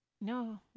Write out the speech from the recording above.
No